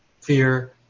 fear